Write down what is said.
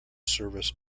service